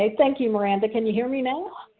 ah thank you for and can you hear me now?